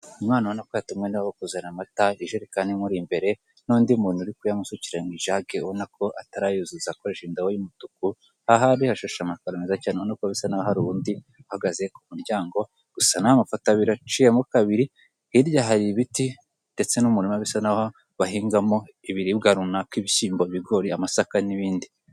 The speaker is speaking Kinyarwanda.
imwana ubonako yatumwe niwabo kuzana amata ijerekani imuri imbere, n'undi muntu uri kuyamusukira mu ijage. ubona ko atarayuzuza akoreshaje indobo y'umutuku, ahari hashashe amakaro meza cyane. Bisa naho hari undi uhagaaze ku muryango, gusa ni amufoto abiri aciyemo kabiri. hirya hari ibiti ndetse n'umurima bisa naho bahingamo ibiribwa runaka, ibishyimbo ibigori, amasaka n'ibindi.